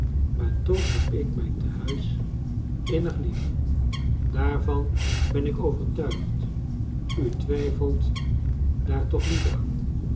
maar toch heb ik mijn tehuis innig lief daarvan ben ik overtuigd u twijf elt daar toch niet aan